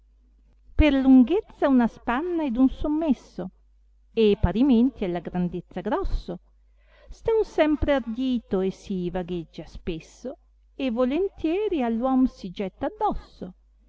per lunghezza una spanna ed un sommesso e parimente alla grandezza grosso sta un sempre ardito e si vagheggia spesso e volentieri all uom si getta addosso